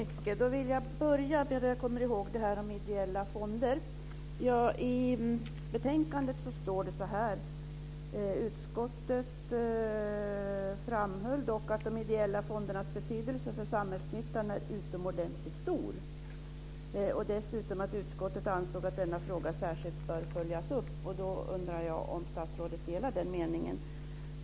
Fru talman! Jag börjar med frågan om ideella fonder. I betänkandet står följande: "Utskottet . framhöll dock att de ideella fondernas betydelse för samhällsnyttan är utomordentligt stor -. Utskottet ansåg att denna fråga särskilt bör följas upp." Jag undrar om statsrådet delar den uppfattningen.